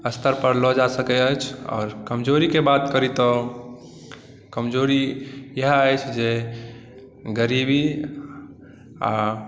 स्तरपर लऽ जा सकैत अछि आओर कमजोरीके बात करी तऽ कमजोरी इएह अछि जे गरीबी आ